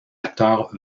acteurs